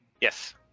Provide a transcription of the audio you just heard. Yes